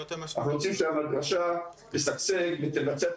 אנחנו רוצים שהמדרשה תשגשג ותבצע את